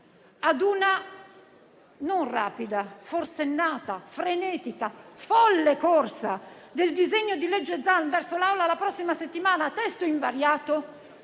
ad una non rapida, ma forsennata, frenetica e folle corsa del disegno di legge Zan verso l'Assemblea la prossima settimana a testo invariato,